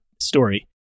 story